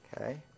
Okay